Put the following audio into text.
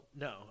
No